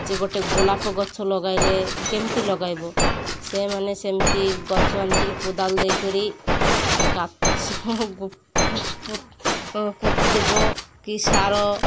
ଯେ ଗୋଟେ ଗୋଲାପ ଗଛ ଲଗାଇଲେ କେମିତି ଲଗାଇବ ସେମାନେ ସେମିତି ଗଛ ଆଣି କରି କୋଦାଳି ଦେଇ କରି ସେ ଗଛ ପୋତି ଦେବ କି ସାର